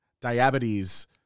diabetes